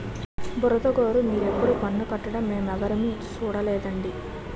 బుగతగోరూ మీరెప్పుడూ పన్ను కట్టడం మేమెవులుమూ సూడలేదండి